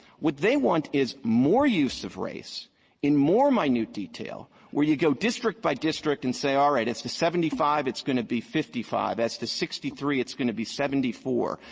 what they want is more use of race in more minute detail where you go district by district and say, all right. as to seventy five, it's going to be fifty five. as to sixty three, it's going to be seventy four.